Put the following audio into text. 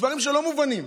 יש דברים לא מובנים,